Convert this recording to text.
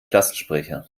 klassensprecher